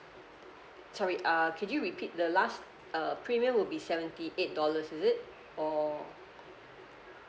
sorry err can you repeat the last uh premium would be seventy eight dollars is it or